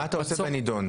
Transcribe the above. מה אתה עושה בנידון?